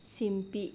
ಸಿಂಪಿ